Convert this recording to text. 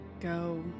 go